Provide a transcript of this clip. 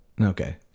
Okay